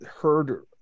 heard